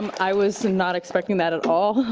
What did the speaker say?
i was not expecting that at all.